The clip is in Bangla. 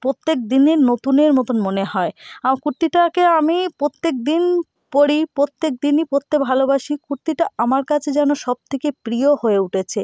প্রত্যেক দিনই নতুনের মতোন মনে হয় কুর্তিটাকে আমি প্রত্যেক দিন পরি প্রত্যেক দিনই পরতে ভালোবাসি কুর্তিটা আমার কাছে যেন সব থেকে প্রিয় হয়ে উটেছে